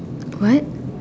what